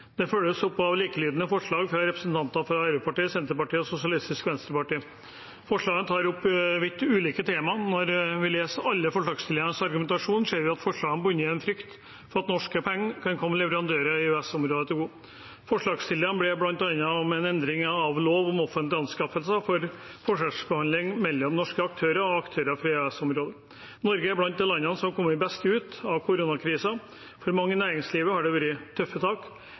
De følges opp av likelydende forslag fra representanter fra Arbeiderpartiet, Senterpartiet og SV. Forslagene tar opp vidt ulike temaer. Når vi leser alle forslagsstillernes argumentasjon, ser vi at forslagene bunner i en frykt for at norske penger kan komme leverandører i EØS-området til gode. Forslagsstillerne ber bl.a. om en endring av lov om offentlige anskaffelser for å forskjellsbehandle norske aktører og aktører fra EØS-området. Norge er blant landene som har kommet best ut av koronakrisen. For mange i næringslivet har det vært tøffe tak